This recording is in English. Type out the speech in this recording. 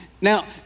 Now